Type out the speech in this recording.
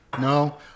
no